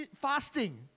fasting